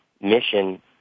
mission